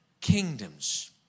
kingdoms